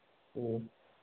ꯎꯝ